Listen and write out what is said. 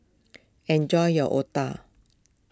enjoy your Otah